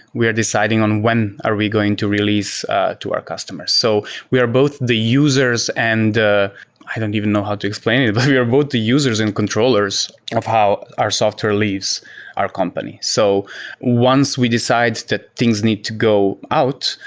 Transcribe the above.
we are deciding on when are we going to release to our customers. so we are both the users and the i don't even know how to explain it, but we we are both the users and controllers of how our software leaves our company. so once we decide that things need to go out,